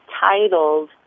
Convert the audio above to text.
titled